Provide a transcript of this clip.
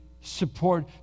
support